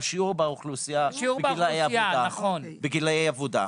השיעור באוכלוסייה בגילאי העבודה.